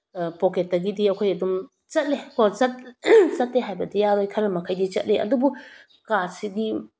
ꯄꯣꯛꯀꯦꯠꯇꯒꯤꯗꯤ ꯑꯩꯈꯣꯏ ꯑꯗꯨꯝ ꯆꯠꯂꯦꯀꯣ ꯆꯠꯇꯦ ꯍꯥꯏꯕꯗꯤ ꯌꯥꯔꯣꯏ ꯈꯔ ꯃꯈꯩꯗꯤ ꯆꯠꯂꯦ ꯑꯗꯨꯕꯨ ꯀꯥꯔꯗꯁꯤꯒꯤ